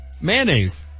Mayonnaise